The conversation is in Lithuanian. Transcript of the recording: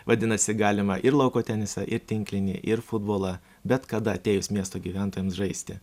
vadinasi galima ir lauko tenisą ir tinklinį ir futbolą bet kada atėjus miesto gyventojams žaisti